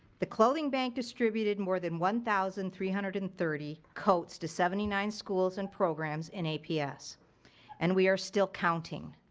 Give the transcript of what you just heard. the clothing bank distributed more than one thousand three hundred and thirty coats to seventy nine schools and programs in aps and we are still counting.